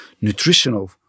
nutritional